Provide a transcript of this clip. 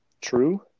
true